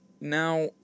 Now